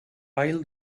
pile